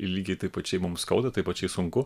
lygiai taip pačiai mums skauda tai pačiai sunku